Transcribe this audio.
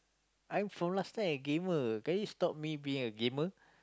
I'm from last time a gamer can you stop me being a gamer